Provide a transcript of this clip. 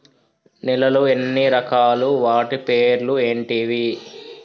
నేలలు ఎన్ని రకాలు? వాటి పేర్లు ఏంటివి?